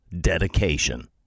dedication